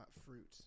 fruit